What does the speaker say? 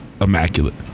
immaculate